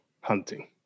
hunting